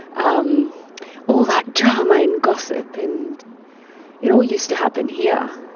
um all that drama and gossip. and it all used to happen here.